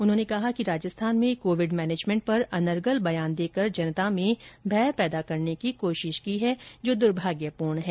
उन्होंने कहा कि राजस्थान में कोविड मैनेजमेंट पर अनर्गल बयान देकर जनता में भय पैदा करने की कोशिश की है जो दुर्भाग्यपूर्ण है